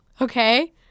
okay